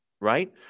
right